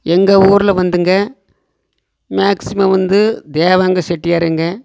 எங்கள் ஊரில் வந்துங்க மேக்ஸிமம் வந்து தேவங்க செட்டியாருங்க